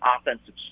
offensive